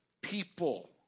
people